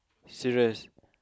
serious